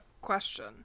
question